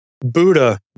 Buddha